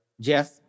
Jeff